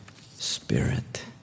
Spirit